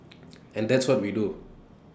and that's what we do